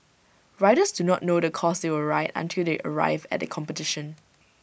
riders do not know the course they will ride until they arrive at the competition